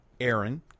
Aaron